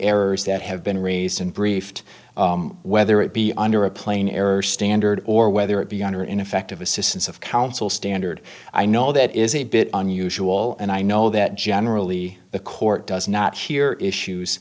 errors that have been raised and briefed whether it be under a plain error standard or whether it be under ineffective assistance of counsel standard i know that is a bit unusual and i know that generally the court does not hear issues